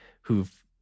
who've